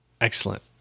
excellent